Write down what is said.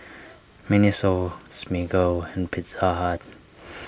Miniso Smiggle and Pizza Hut